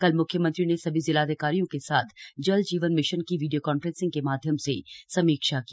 कल म्ख्यमंत्री ने सभी जिलाधिकारियों के साथ जल जीवन मिशन की वीडियो कॉन्फ्रेंसिंग के माध्यम से समीक्षा की